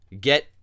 get